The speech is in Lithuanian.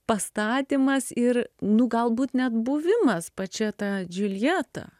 pastatymas ir nu galbūt net buvimas pačia ta džiuljeta